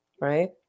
right